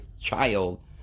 child